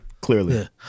Clearly